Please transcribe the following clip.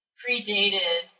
predated